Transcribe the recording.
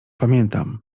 pamiętam